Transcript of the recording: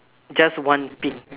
just one pink